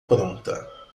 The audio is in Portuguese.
pronta